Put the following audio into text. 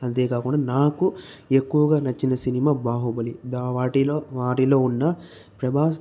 అంతే కాకుండా నాకు ఎక్కువగా నచ్చిన సినిమా బాహుబలి దా వాటిలో వాటిలో ఉన్న ప్రభాస్